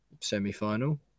semi-final